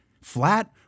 flat